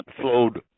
flowed